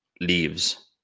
leaves